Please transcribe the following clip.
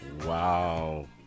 wow